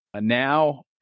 Now